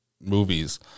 movies